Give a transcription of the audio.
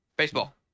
Baseball